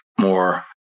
more